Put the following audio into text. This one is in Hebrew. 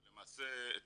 אבל למעשה את